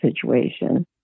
situation